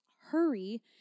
hurry